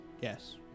Yes